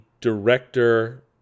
director